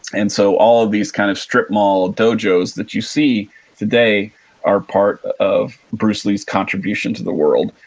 and so all of these kind of strip mall dojos that you see today are part of bruce lee's contribution to the world.